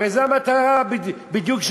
הרי זו המטרה בדיוק,